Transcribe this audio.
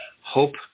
Hope